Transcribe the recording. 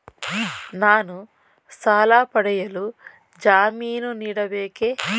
ನಾನು ಸಾಲ ಪಡೆಯಲು ಜಾಮೀನು ನೀಡಬೇಕೇ?